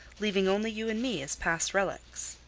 leaving only you and me as past relics.